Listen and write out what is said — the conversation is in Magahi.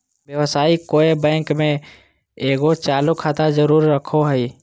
व्यवसायी कोय बैंक में एगो चालू खाता जरूर रखो हइ